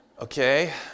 Okay